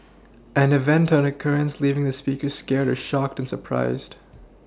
an event or occurrence leaving the speaker scared or shocked and surprised